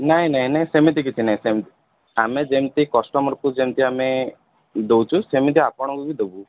ନାଇଁ ନାଇଁ ନାଇଁ ସେମିତି କିଛି ନାଇ ସେମିତି ଆମେ ଯେମିତି ଆମେ କଷ୍ଟମର୍କୁ ଯେମିତି ଆମେ ଦେଉଛୁ ସେମିତି ଆପଣଙ୍କୁ ବି ଦେବୁ